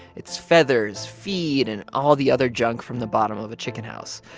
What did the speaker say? it's feathers, feed and all the other junk from the bottom of a chicken house.